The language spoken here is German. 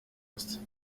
ist